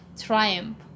triumph